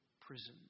prison